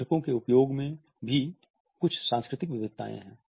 चित्रको के उपयोग में भी कुछ सांस्कृतिक विविधताएँ हैं